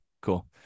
cool